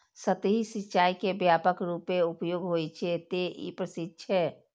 सतही सिंचाइ के व्यापक रूपें उपयोग होइ छै, तें ई प्रसिद्ध छै